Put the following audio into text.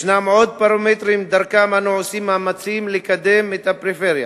ישנם עוד פרמטרים שדרכם אנו עושים מאמצים לקדם את הפריפריה: